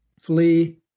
flee